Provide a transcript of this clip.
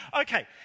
Okay